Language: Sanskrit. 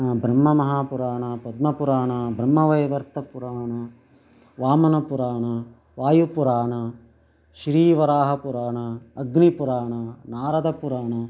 ब्रह्ममहापुराणं पद्मपुराणं ब्रह्मवैवर्तपुराणं वामनपुराणं वायुपुराणं श्रीवराहपुराणं अग्निपुराणं नारदपुराणं